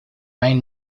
main